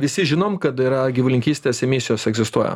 visi žinom kad yra gyvulininkystės emisijos egzistuoja